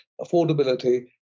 affordability